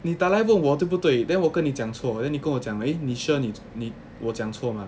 你打来问我对不对 then 我跟你讲错 then 你跟我讲 eh 你 sure 你我讲错吗